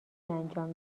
انجام